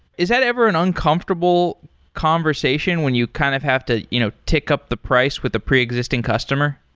is that ever an uncomfortable conversation when you kind of have to you know tick up the price with the pre-existing customer?